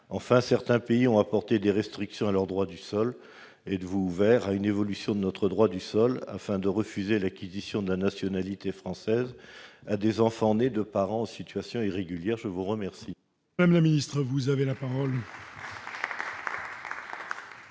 certains pays ont apporté des restrictions à leur droit du sol. Êtes-vous ouverte à une évolution de notre droit en la matière, afin de refuser l'acquisition de la nationalité française à des enfants nés de parents en situation irrégulière ? La parole